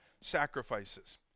sacrifices